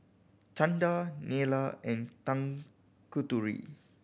Chanda Neila and Tanguturi